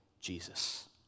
Jesus